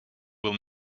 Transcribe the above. will